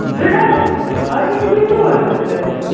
زٕ ڈَبہٕ اَدٕ یِم گٔے ژور ہَتھ رۄپیہِ